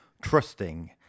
trusting